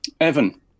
evan